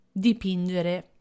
dipingere